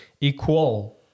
equal